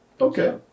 okay